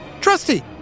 trusty